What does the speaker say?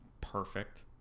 perfect